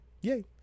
yay